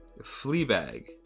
Fleabag